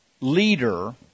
leader